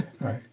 right